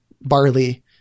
barley